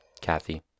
Kathy